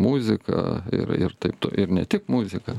muziką ir ir taip ir ne tik muziką